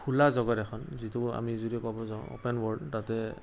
খোলা জগত এখন যিটো আমি যদি ক'ব যাওঁ অ'পেন ওৱৰ্ল্ড তাতে